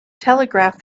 telegraph